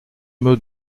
mot